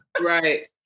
Right